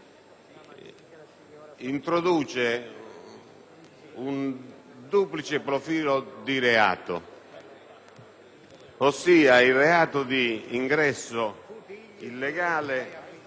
introduce un duplice profilo di reato: il reato di ingresso illegale